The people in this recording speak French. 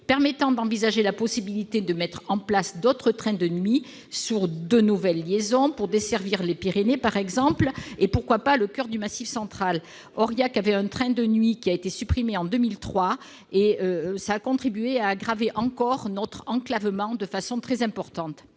-permet d'envisager la possibilité de mettre en place d'autres trains de nuit sur de nouvelles liaisons, pour desservir les Pyrénées, par exemple, et, pourquoi pas, le coeur du Massif central. Aurillac était desservie par un train de nuit qui a été supprimé en 2013. Cela a contribué à aggraver encore, de façon très importante,